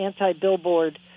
anti-billboard